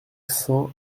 cents